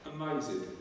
amazing